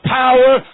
power